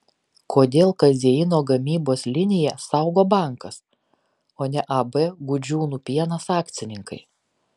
kodėl kazeino gamybos liniją saugo bankas o ne ab gudžiūnų pienas akcininkai